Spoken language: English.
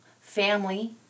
family